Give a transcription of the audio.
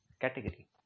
category